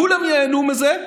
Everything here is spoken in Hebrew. כולם ייהנו מזה,